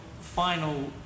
final